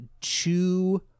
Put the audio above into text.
two